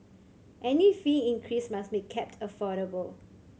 any fee increase must be kept affordable